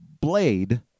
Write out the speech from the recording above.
blade